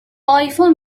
آیفون